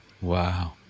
Wow